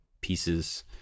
pieces